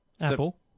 Apple